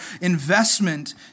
investment